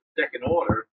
second-order